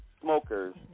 smokers